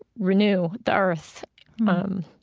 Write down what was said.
renew the earth um